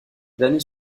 derniers